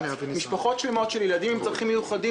משפחות שלמות של ילדים עם צרכים מיוחדים